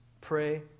pray